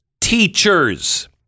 teachers